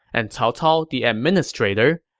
and cao cao the administrator,